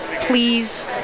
please